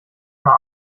der